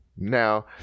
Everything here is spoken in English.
Now